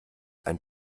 ein